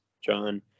John